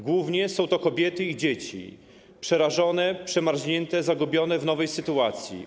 Głównie są to kobiety i dzieci - przerażone, przemarznięte, zagubione w nowej sytuacji.